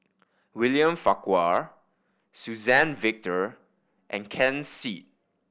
William Farquhar Suzann Victor and Ken Seet